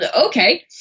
okay